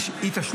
לא, לא מחליף.